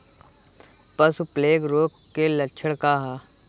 पशु प्लेग रोग के लक्षण का ह?